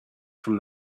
from